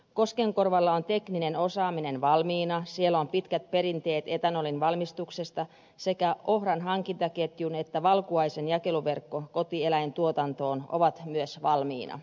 koskenkorvalla on tekninen osaaminen valmiina siellä on pitkät perinteet etanolin valmistuksessa ja sekä ohran hankintaketju että valkuaisen jakeluverkko kotieläintuotantoon ovat myös valmiina